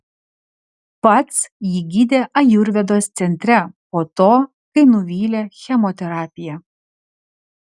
pats jį gydė ajurvedos centre po to kai nuvylė chemoterapija